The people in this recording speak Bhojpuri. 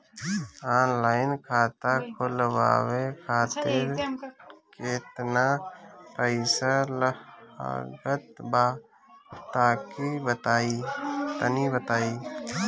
ऑनलाइन खाता खूलवावे खातिर केतना पईसा लागत बा तनि बताईं?